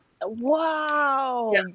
Wow